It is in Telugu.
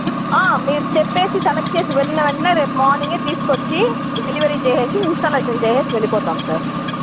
మీరు చెప్పి సెలెక్ట్ చేసి వెళ్ళిన వెంటనే రేపు మార్నింగ్ తీసుకు వచ్చి డెలివరీ చేసి ఇన్స్టాలేషన్ చేసి వెళ్ళిపోతాం సార్